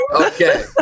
Okay